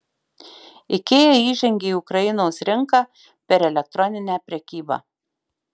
ikea įžengė į ukrainos rinką per elektroninę prekybą